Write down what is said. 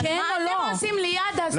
אבל מה אתם עושים ליד הסטודנטים?